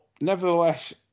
nevertheless